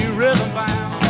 rhythm-bound